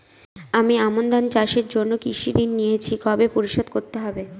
আমি আমন ধান চাষের জন্য কৃষি ঋণ নিয়েছি কবে পরিশোধ করতে হবে?